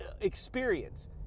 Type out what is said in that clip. experience